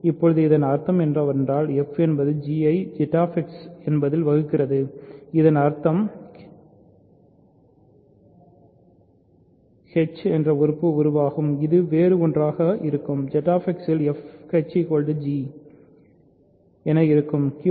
இப்போது அதன் அர்த்தம் என்னவென்றால் f என்பது g ஐ ZX என்பதில் வகிக்கிறது இதன் அர்த்தம் ஹ் என்ற உறுப்பு உருவாகும் இது வேறு ஒன்றாக இருக்கும்ZX இல் fhg